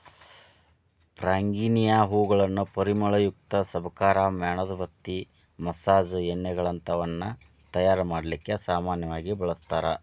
ಫ್ರಾಂಗಿಪಾನಿಯ ಹೂಗಳನ್ನ ಪರಿಮಳಯುಕ್ತ ಸಬಕಾರ್, ಮ್ಯಾಣದಬತ್ತಿ, ಮಸಾಜ್ ಎಣ್ಣೆಗಳಂತವನ್ನ ತಯಾರ್ ಮಾಡ್ಲಿಕ್ಕೆ ಸಾಮನ್ಯವಾಗಿ ಬಳಸ್ತಾರ